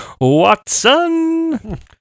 Watson